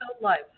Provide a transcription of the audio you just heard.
life